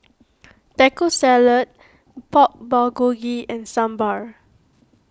Taco Salad Pork Bulgogi and Sambar